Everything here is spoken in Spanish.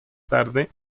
tarde